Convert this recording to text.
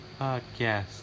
podcast